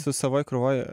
su savoj krūvoj